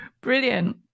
Brilliant